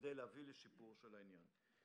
בכדי להביא לשיפור של העניין.